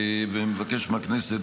ומבקש מהכנסת,